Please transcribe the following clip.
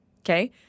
Okay